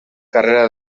carrera